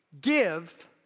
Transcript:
give